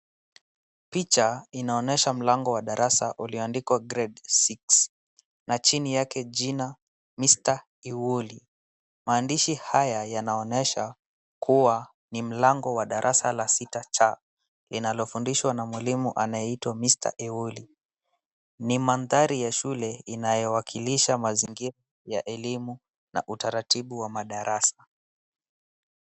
Picha inaonesha mlango wa darasa uloandikwa [Grade 6] na chini yake jina [Mr.]Ewoli. Maandishi haya yanaonesha kuwa ni mlango wa darasa la sita cha, linalofundishwa na mwalimu anayeitwa [Mr.]Ewoli. Ni mandhari ya shule inayowakilisha mazingira ya elimu na utaratibu wa madarasa.